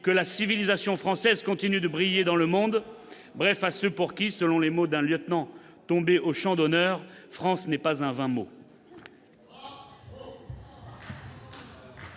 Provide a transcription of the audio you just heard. que la civilisation française continue de briller dans le monde, bref à ceux pour qui, selon les mots d'un lieutenant tombé au champ d'honneur, « France n'est pas un vain mot